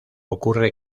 ocurre